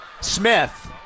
Smith